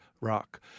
rock